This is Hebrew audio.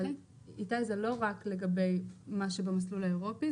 זה לא רק לגבי מה שבמסלול האירופי,